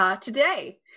Today